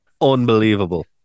unbelievable